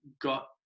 got